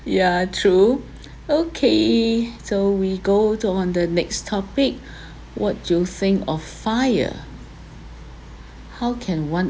ya true okay so we go to on the next topic what you think of FIRE how can one